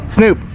Snoop